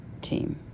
Team